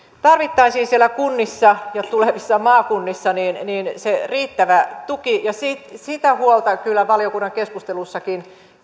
tarvittaisiin siellä kunnissa ja tulevissa maakunnissa se riittävä tuki ja sitä huolta kyllä valiokunnan keskusteluissakin